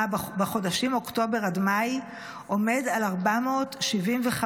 בחודשים אוקטובר עד מאי עומד על 475,